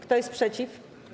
Kto jest przeciw?